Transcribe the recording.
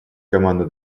команду